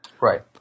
Right